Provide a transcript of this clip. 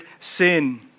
sin